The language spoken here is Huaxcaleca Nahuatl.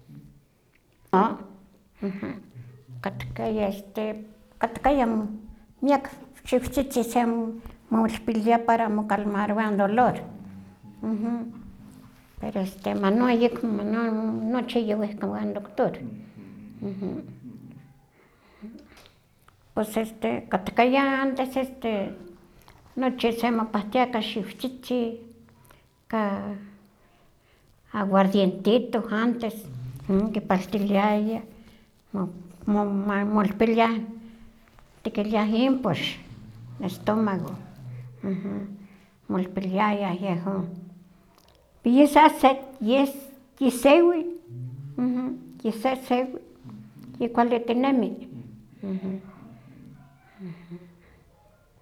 Ah, katkaya este katlaya miak xiwtzitzi sekmolpilia para mokalmarowa n dolor, pero manon ayekmo manon nochi yowih kan doctor, pos este katkaya antes nochi semopahtia ka xiwtzitzih, ka aguardientito antes, kipaltiliayah ma o- molpiliah tikiliah impox, estómago, kiolpiliayah yehon, ye sa se- yisewi, yisesewi, yikuali tinemi.